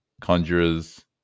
conjurers